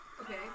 Okay